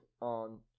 on